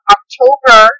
October